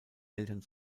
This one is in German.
eltern